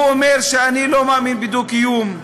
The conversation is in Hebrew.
הוא אומר: אני לא מאמין בדו-קיום,